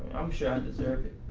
i'm sure i deserve it.